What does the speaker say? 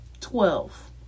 Twelve